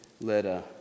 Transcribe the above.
letter